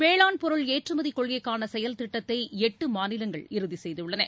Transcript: வேளாண் பொருள் ஏற்றுமதி கொள்கைக்கான செயல் திட்டத்தை எட்டு மாநிலங்கள் இறுதி செய்துள்ளன